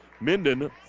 Minden